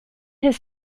his